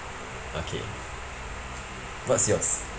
okay what's yours